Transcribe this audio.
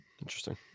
Interesting